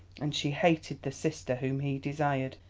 and she hated the sister whom he desired.